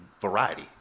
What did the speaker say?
variety